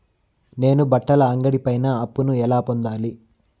నేను బట్టల అంగడి పైన అప్పును ఎలా పొందాలి?